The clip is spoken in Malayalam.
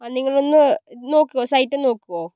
ആ നിങ്ങളൊന്ന് നോക്കുവോ സൈറ്റ് ഒന്ന് നോക്കുവോ